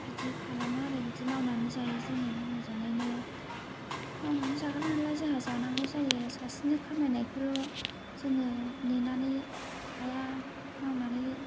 बिदि खालामो आरो बिदि मावनानै जायो जोङो मोजाङैनो मावनानै जाग्रा नालाय जोंहा जानांगौ जायो सासेनि खामायनायखौल' जोङो नेनानै थाया मावनानै